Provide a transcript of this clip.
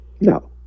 No